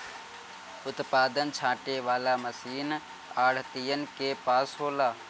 उत्पादन छाँटे वाला मशीन आढ़तियन के पास होला